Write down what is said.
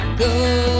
go